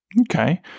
Okay